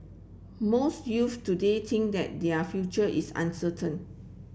most youths today think that their future is uncertain